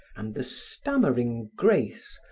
and the stammering grace,